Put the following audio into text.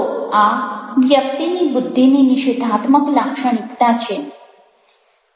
તો આ વ્યક્તિની બુદ્ધિની નિષેધાત્મક લાક્ષણિકતા છે